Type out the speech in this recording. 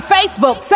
Facebook